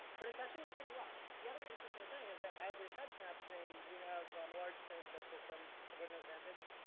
but it's actually worked pretty well. the other interesting thing is that as we've had snapstream, we have um a large trenchcoats system everyone knows vantage?